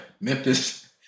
Memphis